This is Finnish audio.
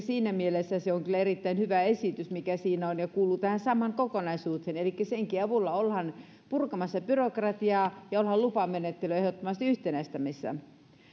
siinä mielessä se on kyllä erittäin hyvä esitys mikä siinä on ja kuuluu tähän samaan kokonaisuuteen elikkä senkin avulla ollaan purkamassa byrokratiaa ja ollaan lupamenettelyjä ehdottomasti yhtenäistämässä